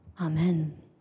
Amen